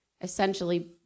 essentially